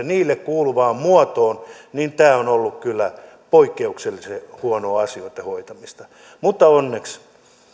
niille kuuluvaan muotoon ollut kyllä valtionhallinnon taholta poikkeuksellisen huonoa asioitten hoitamista mutta onneksi